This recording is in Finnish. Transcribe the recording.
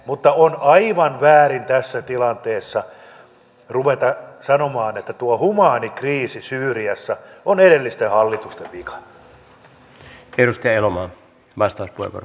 mutta on aivan väärin tässä tilanteessa ruveta sanomaan että tuo humaani kriisi syyriassa on edellisten hallitusten vika